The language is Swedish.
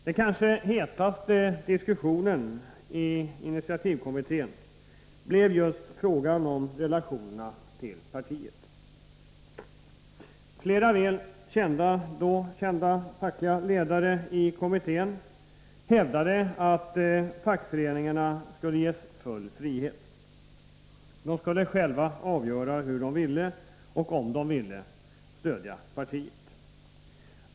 Den kanske hetaste diskussionen i initiativkommittén blev just frågan om relationerna till partiet. Flera då väl kända fackliga ledare i kommittén hävdade att fackföreningarna skulle ges full frihet. De skulle själva avgöra hur de ville — och om de ville — stödja partiet.